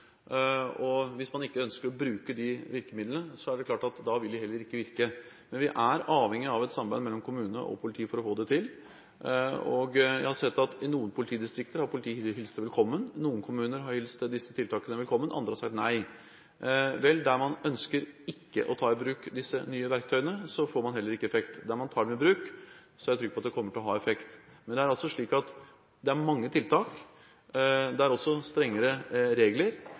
Hvis man ikke ønsker å bruke de virkemidlene, er det klart at da vil de heller ikke virke. Men vi er avhengig av et samarbeid mellom kommunene og politiet for å få det til. Jeg har sett at i noen politidistrikter har politiet hilst det velkommen, noen kommuner har hilst disse tiltakene velkommen, andre har sagt nei. Der man ikke ønsker å ta i bruk disse nye verktøyene, får man heller ingen effekt. Der man tar dem i bruk, er jeg trygg på at det kommer til å ha effekt. Men det er slik at det er mange tiltak, det er også strengere regler,